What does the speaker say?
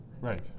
Right